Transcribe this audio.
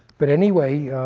but anyway,